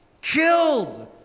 killed